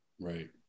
right